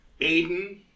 Aiden